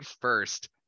first